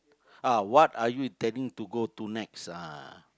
ah what are you intending to go to next ah